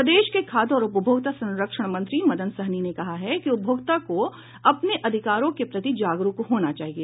प्रदेश के खाद्य और उपभोक्ता संरक्षण मंत्री मदन सहनी ने कहा है कि उपभोक्ताओं को अपने अधिकारों के प्रति जागरूक होना चाहिए